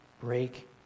break